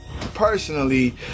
personally